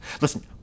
Listen